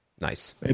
Nice